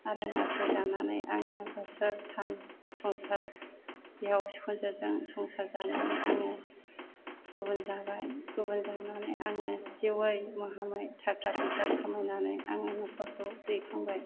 आरो नासय जानानै आङो बोसोरथाम संसार बिहाव बिखुनजोजों संसार जानानै आङो गुबुन जाबाय गुबुन जानानै आङो जिउवै माहामै थाखा फैसा खामायनानै आङो नखरखौ दैखांबाय